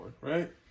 right